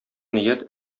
ният